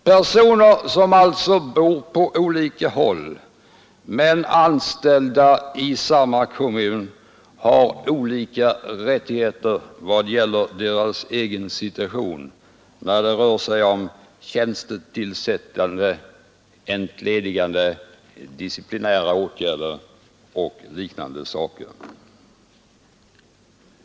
Personer som bor på olika håll men är anställda i samma kommun har alltså olika rättigheter i vad gäller deras egen situation när det rör sig om tjänstetillsättande, entledigande, disciplinära åtgärder och liknande saker.